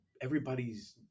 everybody's